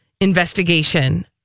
investigation